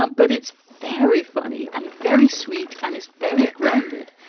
um but it's very funny and very sweet and it's very grounded.